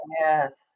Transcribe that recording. yes